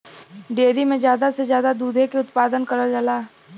dairy में जादा से जादा दुधे के उत्पादन करल जाला